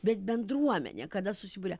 bet bendruomenė kada susiburia